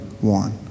one